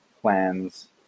plans